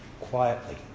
quietly